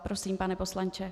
Prosím, pane poslanče.